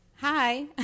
Hi